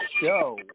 show